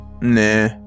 Nah